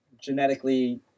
genetically